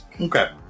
Okay